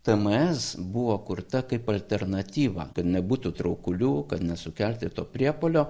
tms buvo kurta kaip alternatyva kad nebūtų traukulių kad nesukelti to priepuolio